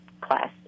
class